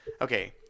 okay